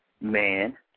man